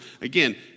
again